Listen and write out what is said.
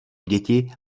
děti